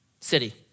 city